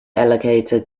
allocated